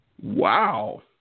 Wow